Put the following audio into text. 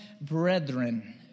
brethren